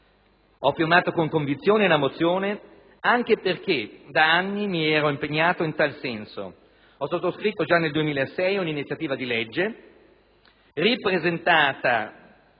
Ho firmato con convinzione la mozione anche perché da anni sono impegnato in tal senso. Ho sottoscritto già nel 2006 un disegno di legge, ripresentato